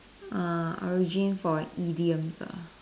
ah origin for idioms ah